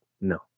no